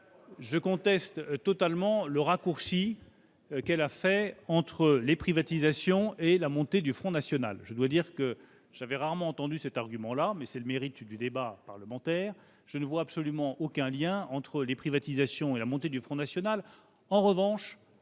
je conteste absolument le raccourci qu'elle a fait entre les privatisations et la montée du Front national. J'ai rarement entendu cet argument, c'est le mérite du débat parlementaire, mais je ne vois absolument aucun lien entre privatisations et montée du Front national. En revanche,